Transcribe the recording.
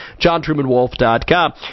JohnTrumanWolf.com